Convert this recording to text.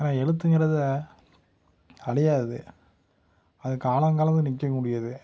ஏன்னா எழுத்துங்குறது அழியாது அது காலங்காலமாக நிற்கக்கூடியது